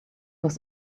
was